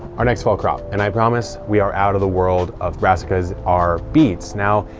our next fall crop, and i promise we are out of the world of brassicas, are beets. now,